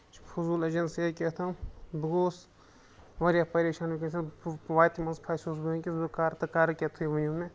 یہِ چھِ فٔضوٗل ایجَنسِیا کیٛاہ تھام بہٕ گوٚوُس واریاہ پریشان کیٛاہ تھام وَتہِ منٛز پھَسیووُس بہٕ وٕنۍکٮ۪س بہٕ کَرٕ تہٕ کَرٕ کیٛاہ تُہۍ ؤنِو مےٚ